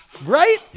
Right